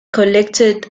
collected